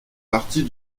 partie